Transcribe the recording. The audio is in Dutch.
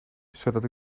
zodat